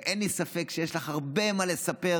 ואין לי ספק שיש לך הרבה מה לספר,